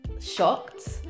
shocked